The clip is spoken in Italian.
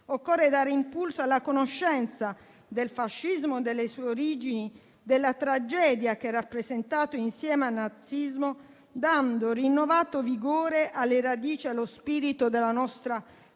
occorre dare impulso alla conoscenza del fascismo, delle sue origini e della tragedia che ha rappresentato insieme al nazismo, dando rinnovato vigore alle radici e allo spirito della nostra Costituzione,